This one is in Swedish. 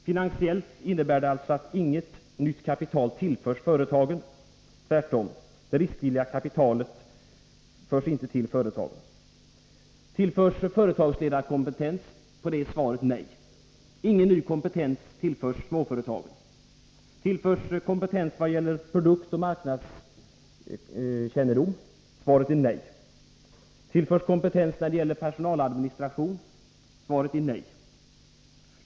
Finansiellt innebär förslaget att inget nytt kapital tillförs företagen. Tillförs företagsledarkompetens? Svaret på den frågan är nej. Ingen ny kompetens tillförs småföretagen. Tillförs kompetens i vad gäller produktoch marknadskännedom? Svaret är nej. Tillförs kompetens när det gäller personaladministration? Svaret är nej.